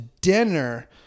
dinner